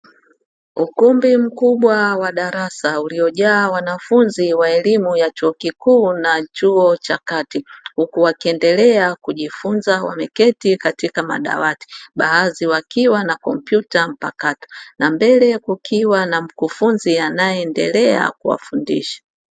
Ukumbi mkubwa wa darasa uliojaa wanafunzi wa elimu ya chuo kikuu na chuo cha kati, huku wakiendelea kujifunza wameketi katika madawati, baadhi wakiwa na kompyuta mpakato; na mbele kukiwa na mkufunzi anayeendelea kuwafundisha.